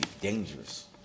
dangerous